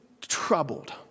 troubled